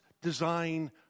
design